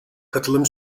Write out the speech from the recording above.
katılım